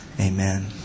Amen